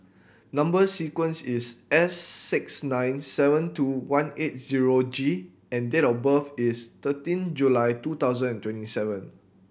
number sequence is S six nine seven two one eight zero G and date of birth is thirteen July two thousand and twenty seven